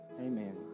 Amen